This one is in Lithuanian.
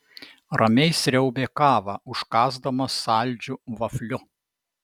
ramiai sriaubė kavą užkąsdamas saldžiu vafliu